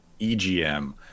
EGM